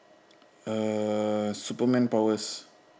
uh superman powers